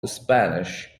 spanish